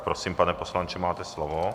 Prosím, pane poslanče, máte slovo.